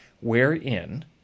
wherein